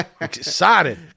excited